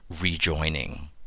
rejoining